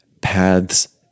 paths